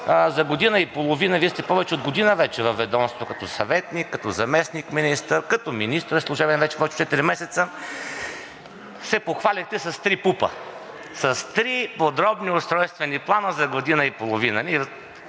за година и половина – Вие сте повече от година вече във ведомството като съветник, като заместник-министър, като министър, служебен вече, който четири месеца се похвалихте с три ПУП-а. С три подробни устройствени плана за година и половина!